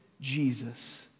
Jesus